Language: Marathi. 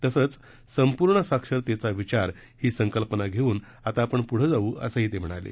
तसंच संपूर्ण साक्षरतेचा विचार ही संकल्पना घेऊन आता आपण पुढे जाऊ असं ही ते म्हणाले